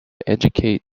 educate